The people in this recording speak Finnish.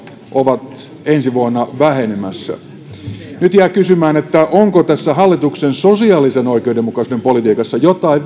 ovat ensi vuonna vähenemässä nyt jään kysymään onko tässä hallituksen sosiaalisen oikeudenmukaisuuden politiikassa jotain